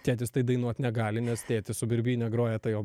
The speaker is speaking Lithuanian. tėtis tai dainuot negali nes tėtis su birbyne groja tai o